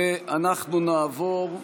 ואנחנו נעבור,